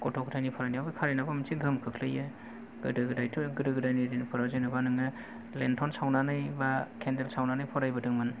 गथ'फोरनि फरायनायावबो खारेन्टा बांसिन गोहोम खोख्लैयो गोदो गोदायथ' गोदो गोदायनि दिनफोराव जेनेबा नोङो लेन्थ'न सावनानै बा केन्देल सावनानै फरायबोदोंमोन